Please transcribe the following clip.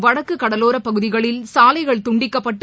டக்குகடலோரப் பகுதிகளில் சாலைகள் துண்டிக்கப்பட்டு